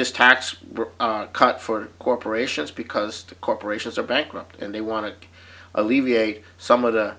this tax cut for corporations because the corporations are bankrupt and they want to alleviate some of the